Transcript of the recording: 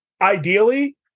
Ideally